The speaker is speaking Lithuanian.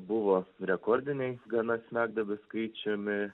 buvo rekordiniai gana smegduobių skaičiumi